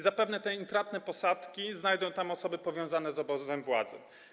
Zapewne te intratne posadki znajdą tam osoby powiązane z obozem władzy.